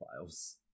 files